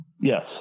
Yes